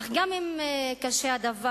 אך גם אם קשה הדבר,